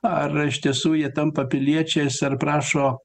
ar iš tiesų jie tampa piliečiais ar prašo